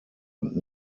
und